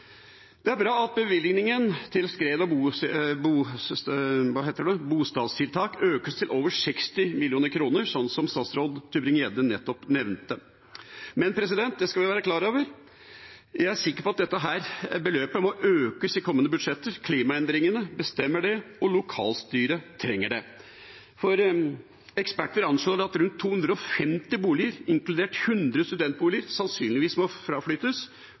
Det er bra at bevilgningen til skred- og bostedtiltak økes til over 60 mill. kr, som statsråd Tybring-Gjedde nettopp nevnte. Men vi skal være klar over – og jeg er sikker på – at dette beløpet må økes i kommende budsjetter. Klimaendringene bestemmer det, og lokalstyret trenger det. Eksperter anslår at rundt 250 boliger, inkludert 100 studentboliger, sannsynligvis må